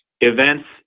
events